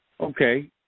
Okay